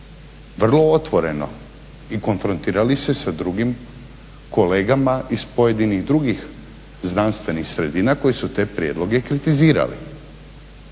vrlo otvoreno i konfrontirali se sa drugim kolegama iz pojedinih drugih znanstvenih sredina koji su te prijedloge kritizirali.